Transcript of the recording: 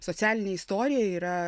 socialinė istorija yra